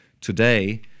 Today